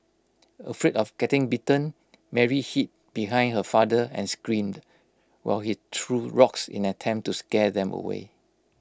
afraid of getting bitten Mary hid behind her father and screamed while he threw rocks in an attempt to scare them away